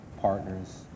partners